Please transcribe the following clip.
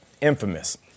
infamous